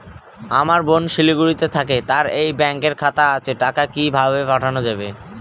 আমার বোন শিলিগুড়িতে থাকে তার এই ব্যঙকের খাতা আছে টাকা কি ভাবে পাঠানো যাবে?